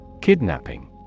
Kidnapping